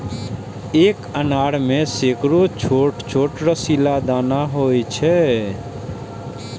एक अनार मे सैकड़ो छोट छोट रसीला दाना होइ छै